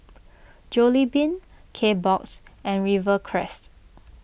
Jollibean Kbox and Rivercrest